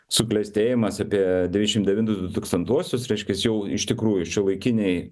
suklestėjimas apie devyniašim devintus dutūkstantuosius reiškias jau iš tikrųjų šiuolaikiniai